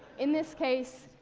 in this case,